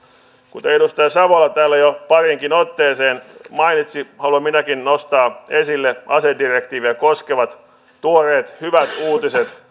kuten edustaja savola täällä jo pariinkin otteeseen mainitsi haluan minäkin nostaa esille asedirektiiviä koskevat tuoreet hyvät uutiset